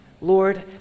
Lord